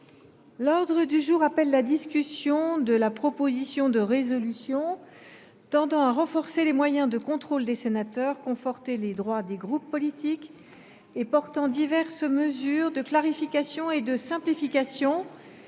L’ordre du jour appelle la discussion de la proposition de résolution tendant à renforcer les moyens de contrôle des sénateurs, conforter les droits des groupes politiques, et portant diverses mesures de clarification et de simplification,